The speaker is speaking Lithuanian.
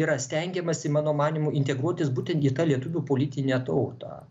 yra stengiamasi mano manymu integruotis būtent į tą lietuvių politinę tautą